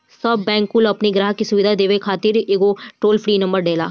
सब बैंक कुल अपनी ग्राहक के सुविधा देवे खातिर एगो टोल फ्री नंबर देला